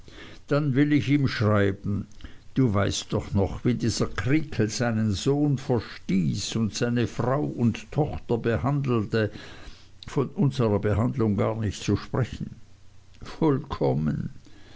dann will ich ihm schreiben du weißt doch noch wie dieser creakle seinen sohn verstieß und seine frau und tochter behandelte von unserer behandlung gar nicht zu sprechen vollkommen